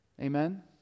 Amen